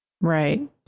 Right